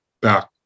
back